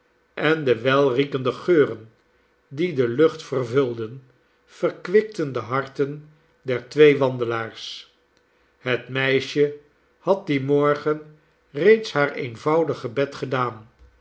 en de welriekende geuren die de lucht vervulden verkwikten de harten der twee wandelaars het meisje had dien morgen reeds haar eenvoudig gebed gedaan